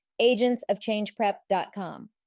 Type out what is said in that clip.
agentsofchangeprep.com